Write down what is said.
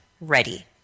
ready